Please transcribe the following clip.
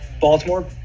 Baltimore